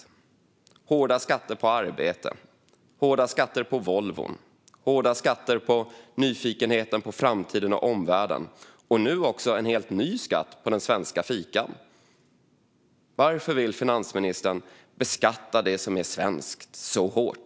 Det är hårda skatter på arbete, hårda skatter på bilar från Volvo, hårda skatter på nyfikenheten på framtiden och omvärlden - och nu också en helt ny skatt på det svenska fikat. Varför vill finansministern beskatta det som är svenskt så hårt?